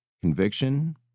Conviction